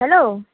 hello